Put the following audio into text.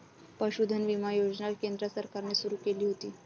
पशुधन विमा योजना केंद्र सरकारने सुरू केली होती